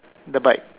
the bike